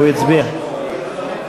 הוא הצביע.